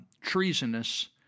treasonous